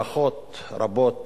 ברכות רבות